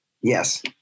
Yes